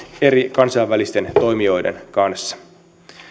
eri kansainvälisten toimijoiden kanssa